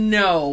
no